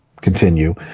continue